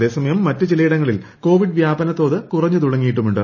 അതേസമയം മറ് ചിലയിടങ്ങളിൽ കോവിഡ് വ്യാപന തോത് കുറഞ്ഞ് തുടങ്ങിയിട്ടുമുണ്ട്